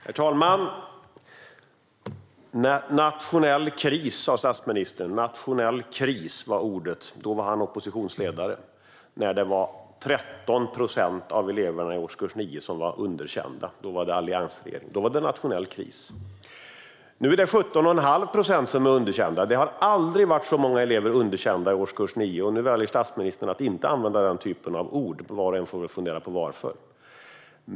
Herr talman! Nationell kris, sa statsministern. Nationell kris - det var hans ord när han var oppositionsledare och 13 procent av eleverna i årskurs 9 var underkända. Då var det alliansregering, och då var det nationell kris. Nu är 17 1⁄2 procent underkända. Det har aldrig varit så många underkända elever i årskurs 9, och nu väljer statsministern att inte använda den typ av ord som han använde tidigare. Var och en får väl fundera på varför.